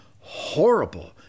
horrible